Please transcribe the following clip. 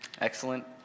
Excellent